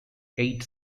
eight